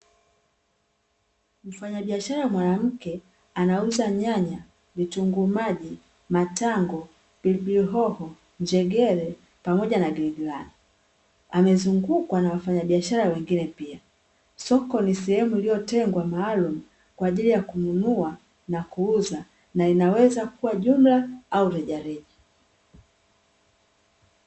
Mfanyabiashara mwanamke anauza: nyanya, vitunguu maji, matango, pilipili hoho, njegere pamoja na giligilani. Amezungukwa na wafanyabishara wengine pia. Soko ni sehemu iliyotengwa maalumu kwa ajili ya kununua na kuuza, na inaweza kuwa jumla au reja reja.